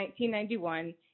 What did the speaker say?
1991